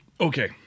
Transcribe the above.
Okay